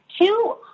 Two